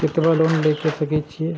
केतना लोन ले सके छीये?